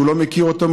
שהוא לא מכיר אותו,